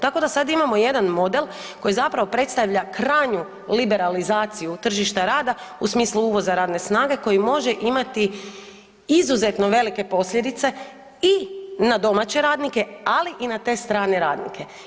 Tako da sad imamo jedan model koji zapravo predstavlja krajnju liberalizaciju tržišta rada u smislu uvoza radne snage koji može imati izuzetno velike posljedice i na domaće radnike, ali i na te strane radnike.